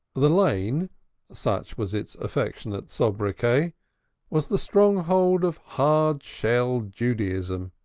the lane such was its affectionate sobriquet was the stronghold of hard-shell judaism,